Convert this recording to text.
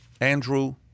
Andrew